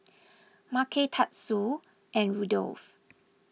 Macey Tatsuo and Rudolf